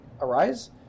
arise